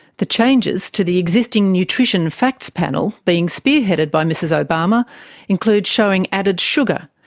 the changes to the existing nutrition facts panel being spearheaded by mrs obama include showing added sugar,